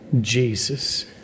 Jesus